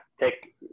take